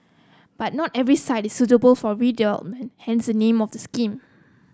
but not every site is suitable for hence the name of the scheme